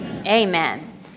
Amen